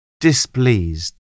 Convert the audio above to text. displeased